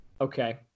Okay